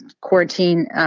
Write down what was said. quarantine